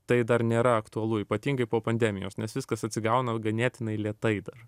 tai dar nėra aktualu ypatingai po pandemijos nes viskas atsigauna ganėtinai lėtai dar